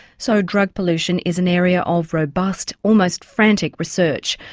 so drug pollution is an area of robust almost frantic research.